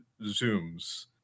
zooms